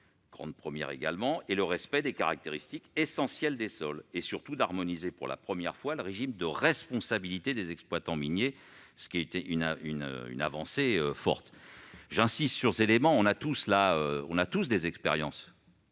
grande première -, et le respect des caractéristiques essentielles des sols. L'amendement vise surtout à harmoniser, pour la première fois, le régime de responsabilité des exploitants miniers, ce qui est une avancée importante. J'insiste sur ces éléments. Nous avons tous des expériences